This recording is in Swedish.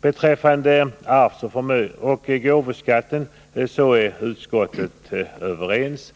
Beträffande arvsoch gåvoskatten är utskottets ledamöter överens.